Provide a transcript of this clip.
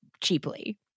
cheaply